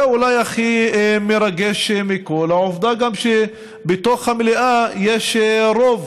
ואולי, המרגש מכול, העובדה שבתוך המליאה יש גם רוב